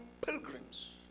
pilgrims